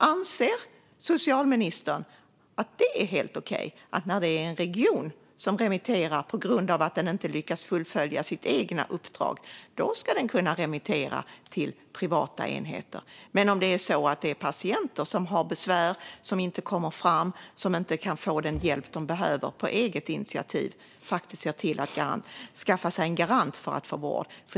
Anser socialministern att det är helt okej, alltså att när det är en region som remitterar på grund av att den inte lyckas fullfölja sitt eget uppdrag ska den kunna remittera patienter till privata enheter, men inte om det är patienter som har besvär och som inte kan få den hjälp som de behöver och på eget initiativ faktiskt ser till att skaffa sig en garant för att få vård?